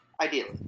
Ideally